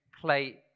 play